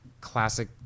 classic